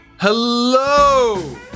Hello